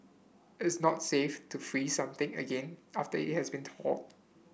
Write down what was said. it is not safe to freeze something again after it has been thawed